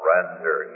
Render